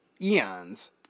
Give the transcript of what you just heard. eons